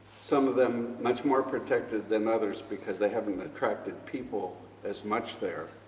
some of them much more protected than others because they haven't attracted people as much there,